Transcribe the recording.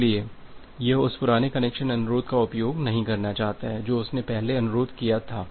इसलिए यह उस पुराने कनेक्शन अनुरोध का उपयोग नहीं करना चाहता है जो उसने पहले अनुरोध किया था